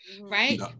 Right